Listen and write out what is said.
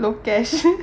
lokesh